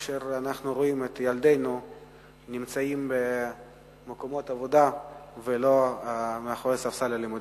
כאשר אנחנו רואים את ילדינו נמצאים במקומות עבודה ולא על ספסל הלימודים.